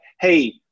hey